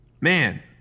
Man